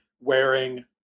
wearing